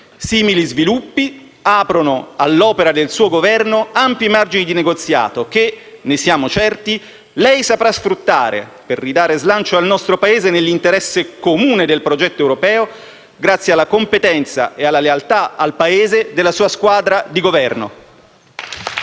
Simili sviluppi aprono all'opera del suo Governo ampi margini di negoziato che - ne siamo certi - lei saprà sfruttare per ridare slancio al nostro Paese, nell'interesse comune del progetto europeo, grazie alla competenza e alla lealtà al Paese della sua squadra di governo.